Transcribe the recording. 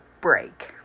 break